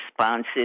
responses